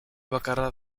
bakarra